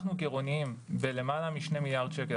אנחנו גירעוניים ביותר מ-2 מיליארד שקל.